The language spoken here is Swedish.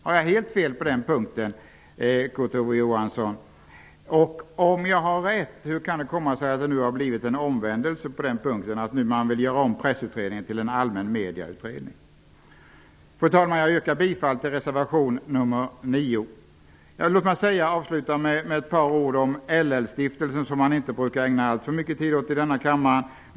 Har jag helt fel på den punkten, Kurt Ove Johansson? Om jag har rätt, hur kan det komma sig att det nu har blivit en omvändelse, så att man nu vill göra om Pressutredningen till en allmän medieutredning? Fru talman! Jag yrkar bifall till reservation nr 9. Jag vill avsluta med några ord om LL-stiftelsen, som man inte brukar ägna alltför mycket tid åt i denna kammare.